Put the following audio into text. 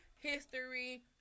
history